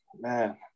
man